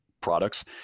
products